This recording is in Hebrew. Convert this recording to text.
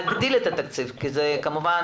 לאור העובדה שאין תקציב מדינה,